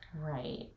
right